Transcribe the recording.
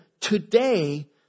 today